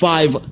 Five